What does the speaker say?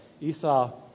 Esau